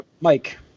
Mike